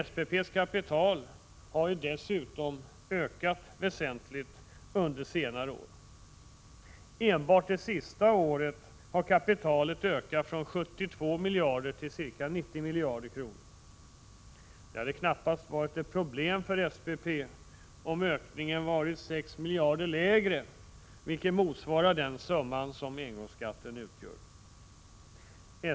SPP:s kapital har dessutom ökat väsentligt under senare år. Enbart det senaste året har kapitalet ökat från 72 miljarder till ca 90 miljarder. Det hade knappast varit ett problem för SPP om ökningen blivit 6 miljarder lägre, vilket motsvarar den summa som engångsskatten utgör.